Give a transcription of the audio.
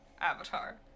Avatar